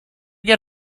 get